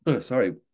Sorry